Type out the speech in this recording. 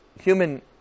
human